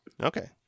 Okay